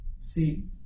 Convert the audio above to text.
See